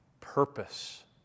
purpose